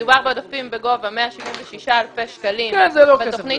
מדובר בעודפים בגובה 176 אלפי שקלים בתוכנית